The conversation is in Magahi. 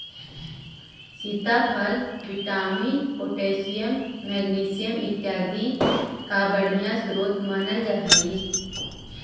सीताफल विटामिन, पोटैशियम, मैग्निशियम इत्यादि का बढ़िया स्रोत मानल जा हई